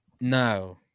no